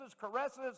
caresses